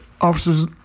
officers